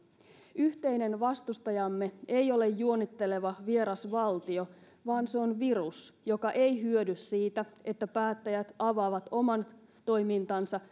yhteinen vastustajamme ei ole juonitteleva vieras valtio vaan se on virus joka ei hyödy siitä että päättäjät avaavat oman toimintansa